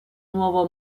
nuovo